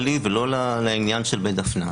ולא לעניין של בית דפנה.